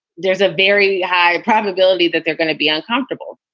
there's a very high probability that they're going to be uncomfortable,